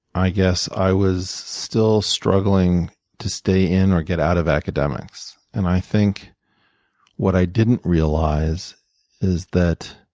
i guess i was still struggling to stay in or get out of academics. and i think what i didn't realize is that